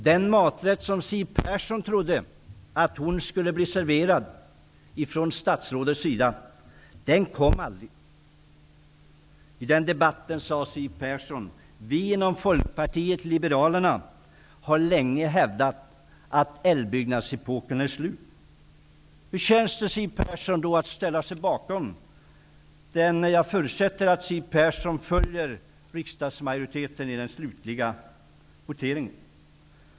Den maträtt som Siw Persson trodde att hon skulle bli serverad från statsrådets sida kom aldrig. Siw Persson har i debatten sagt att ''vi inom Folkpartiet liberalerna har länge hävdat att älvutbyggnadsepoken är slut''. Hur känns det, Siw Persson, att ställa sig bakom detta? Jag förutsätter att Siw Persson följer riksdagsmajoriteten i den slutliga voteringen.